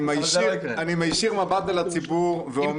אני מישיר מבט אל הציבור ואומר